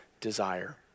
desire